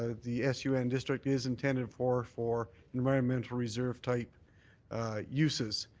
the s u n district is intended for for environmental reserve type uses.